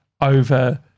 over